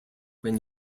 when